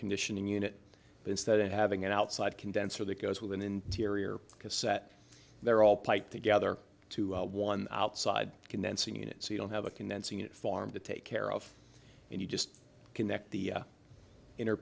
conditioning unit instead of having an outside condenser that goes with an interior cassette they're all pipe together to one outside condensing unit so you don't have a convincing it farm to take care of and you just connect the inner